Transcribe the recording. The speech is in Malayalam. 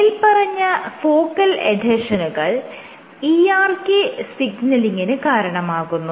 മേല്പറഞ്ഞ ഫോക്കൽ എഡ്ഹെഷനുകൾ ERK സിഗ്നലിങിന് കാരണമാകുന്നു